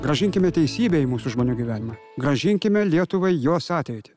grąžinkime teisybę į mūsų žmonių gyvenimą grąžinkime lietuvai jos ateitį